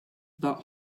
that